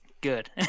Good